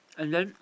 and then